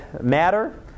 matter